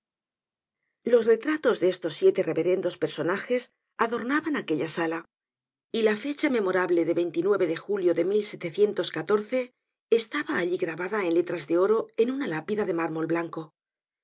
los retratos de estos siete reverendos personajes adornaban aquella content from google book search generated at y la fecha memorable de julio de estaba allí grabada en letras de oro en una lápida de mármol blanco